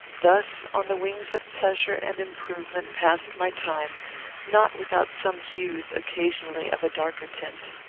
thus on the wings of pleasure and improvement passed my time not without some hues, occasionally, of a darker tint.